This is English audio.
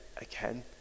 again